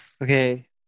Okay